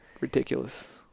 ridiculous